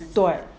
对